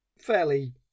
Fairly